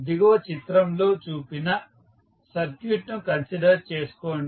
దిగువ చిత్రంలో చూపిన సర్క్యూట్ను కన్సిడర్ చేసుకోండి